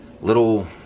little